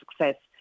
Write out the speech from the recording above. success